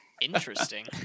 Interesting